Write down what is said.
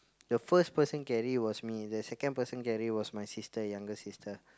the first person carry was me the second person carry was my sister younger sister